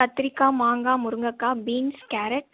கத்திரிக்காய் மாங்காய் முருங்கக்காய் பீன்ஸ் கேரட்